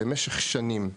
במשך שנים,